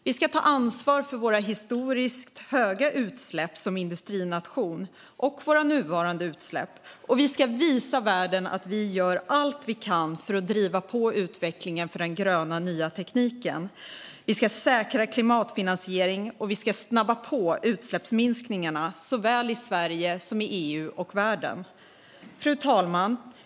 Vi ska ta ansvar för våra historiskt höga utsläpp som industrination och våra nuvarande utsläpp, och vi ska visa världen att vi gör allt vi kan för att driva på utvecklingen av den nya, gröna tekniken. Vi ska säkra klimatfinansiering, och vi ska snabba på utsläppsminskningarna i såväl Sverige som EU och världen. Fru talman!